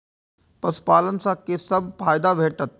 पशु पालन सँ कि सब फायदा भेटत?